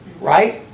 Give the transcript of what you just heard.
Right